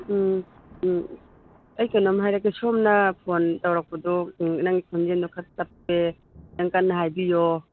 ꯎꯝ ꯎꯝ ꯑꯩ ꯀꯩꯅꯣꯝ ꯍꯥꯏꯔꯛꯀꯦ ꯁꯣꯝꯅ ꯐꯣꯟ ꯇꯧꯔꯛꯄꯗꯣ ꯅꯪꯒꯤ ꯈꯣꯟꯖꯦꯜꯗꯣ ꯈꯔ ꯇꯞꯄꯦ ꯈꯤꯇꯪ ꯀꯟꯅ ꯍꯥꯏꯕꯤꯌꯣ